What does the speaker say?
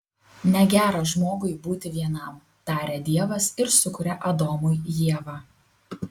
negera žmogui būti vienam taria dievas ir sukuria adomui ievą